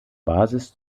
basis